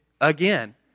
again